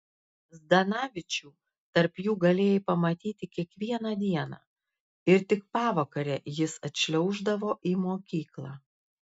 zdanavičių tarp jų galėjai pamatyti kiekvieną dieną ir tik pavakare jis atšliauždavo į mokyklą